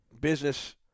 business